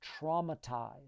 traumatized